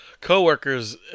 co-workers